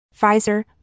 Pfizer